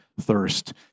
thirst